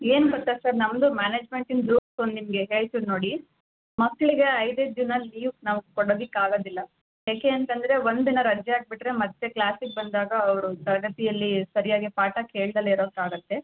ಏನು ಗೊತ್ತಾ ಸರ್ ನಮ್ಮದು ಮ್ಯಾನೇಜ್ಮೆಂಟಿನ ರೂಲ್ಸು ನಿಮಗೆ ಹೇಳ್ತೀನಿ ನೋಡಿ ಮಕ್ಕಳಿಗೆ ಐದೈದು ದಿನ ಲೀವ್ ನಾವು ಕೊಡದಿಕ್ಕೆ ಆಗೋದಿಲ್ಲ ಏಕೆ ಅಂತಂದರೆ ಒಂದಿನ ರಜೆ ಹಾಕಿಬಿಟ್ರೆ ಮತ್ತೆ ಕ್ಲಾಸಿಗೆ ಬಂದಾಗ ಅವರು ತರಗತಿಯಲ್ಲಿ ಸರಿಯಾಗಿ ಪಾಠ ಕೇಳದಲೆ ಇರೋಕ್ಕಾಗುತ್ತೆ